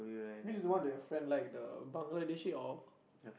which is the one that your friend like the Bangladeshi or